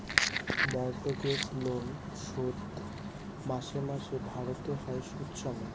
mortgage loan শোধ মাসে মাসে ভারতে হয় সুদ সমেত